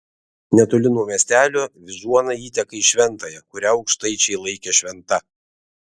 netoli nuo miestelio vyžuona įteka į šventąją kurią aukštaičiai laikė šventa